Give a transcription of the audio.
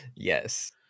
Yes